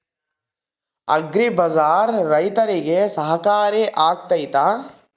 Agri bazaar ರೈತರಿಗೆ ಸಹಕಾರಿ ಆಗ್ತೈತಾ?